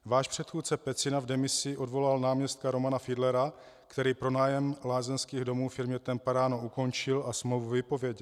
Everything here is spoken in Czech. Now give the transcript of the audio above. Váš předchůdce Pecina v demisi odvolal náměstka Romana Fidlera, který pronájem lázeňských domů firmě TEMPARANO ukončil a smlouvu vypověděl.